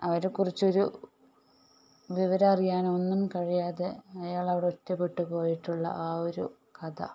അവരെക്കുറിച്ചൊരു വിവരറിയാനൊന്നും കഴിയാതെ അയാളവിടെ ഒറ്റപ്പെട്ടു പോയിട്ടുള്ള ആ ഒരു കഥ